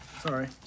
Sorry